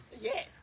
yes